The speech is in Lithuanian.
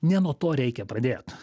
ne nuo to reikia pradėt